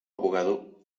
abogado